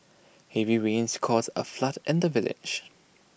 heavy rains caused A flood in the village